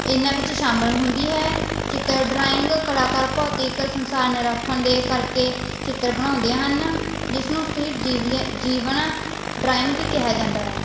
ਇਹਨਾਂ ਵਿੱਚ ਸ਼ਾਮਿਲ ਹੁੰਦੀ ਹੈ ਚਿੱਤਰ ਡਰਾਇੰਗ ਕਲਾਕਾਰ ਭੌਤਿਕ ਸੰਸਾਰ ਨਿਰੱਖਣ ਦੇ ਕਰਕੇ ਚਿੱਤਰ ਬਣਾਉਂਦੇ ਹਨ ਜਿਸ ਨੂੰ ਸਥਿਰ ਜੀਵ ਜੀਵਨ ਡਰਾਇੰਗ ਵੀ ਕਿਹਾ ਜਾਂਦਾ ਹੈ